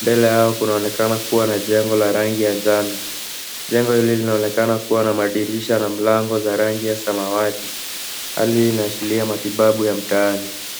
Mbele yao kunaonekana kuwa na jengo la rangi ya njano. jengo hili linaonekana kuwa na madirisha na mlango za rangi ya samawati. Hali hii inaashiria matibabu ya mtaani.